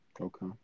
Okay